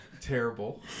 terrible